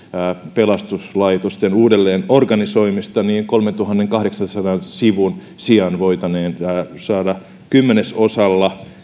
pelastuslaitosten uudelleenorganisoimista niin kolmentuhannenkahdeksansadan sivun sijaan voitaneen saada kymmenesosalla